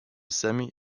semi